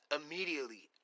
immediately